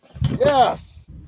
Yes